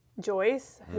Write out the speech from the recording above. Joyce